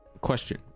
question